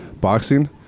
Boxing